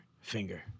finger